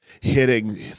hitting